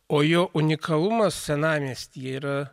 o jo unikalumas senamiestyje yra